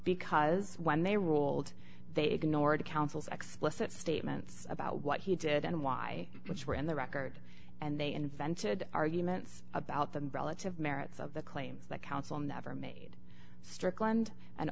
because when they ruled they ignored the council's explicit statements about what he did and why which were in the record and they invented arguments about them ballots have merits of the claim that counsel never made strickland and